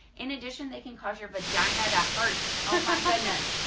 in addition, they can cause your vagina and hurt! oh my goodness!